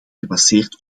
gebaseerd